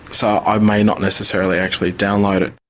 so i may not necessarily actually download it.